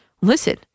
listen